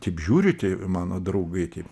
taip žiūriu tie mano draugai taip